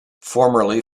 formerly